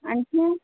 आणखीन